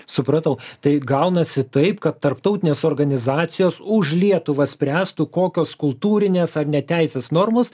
supratau tai gaunasi taip kad tarptautinės organizacijos už lietuvą spręstų kokios kultūrinės ar ne teisės normos